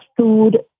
food